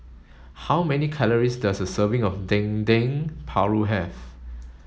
how many calories does a serving of Dendeng Paru have